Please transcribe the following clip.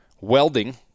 welding